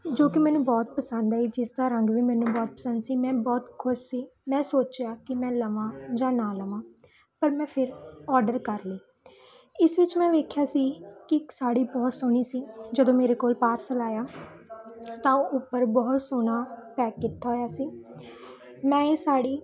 ਜੋ ਕਿ ਮੈਨੂੰ ਬਹੁਤ ਪਸੰਦ ਆਈ ਜਿਸ ਦਾ ਰੰਗ ਵੀ ਮੈਨੂੰ ਬਹੁਤ ਪਸੰਦ ਸੀ ਮੈਂ ਬਹੁਤ ਖੁਸ਼ ਸੀ ਮੈਂ ਸੋਚਿਆ ਕਿ ਮੈਂ ਲਵਾਂ ਜਾਂ ਨਾ ਲਵਾਂ ਪਰ ਮੈਂ ਫਿਰ ਓਰਡਰ ਕਰ ਲਈ ਇਸ ਵਿੱਚ ਮੈਂ ਵੇਖਿਆ ਸੀ ਕਿ ਇੱਕ ਸਾੜੀ ਬਹੁਤ ਸੋਹਣੀ ਸੀ ਜਦੋਂ ਮੇਰੇ ਕੋਲ ਪਾਰਸਲ ਆਇਆ ਤਾਂ ਉਹ ਉੱਪਰ ਬਹੁਤ ਸੋਹਣਾ ਪੈਕ ਕੀਤਾ ਹੋਇਆ ਸੀ ਮੈਂ ਇਹ ਸਾੜੀ